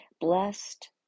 Blessed